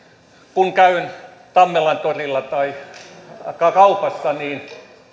kun käyn tammelantorilla tai kaupassa niin